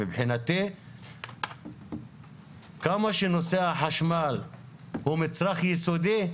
מבחינתי כמה שנושא החשמל הוא מצרך יסודי,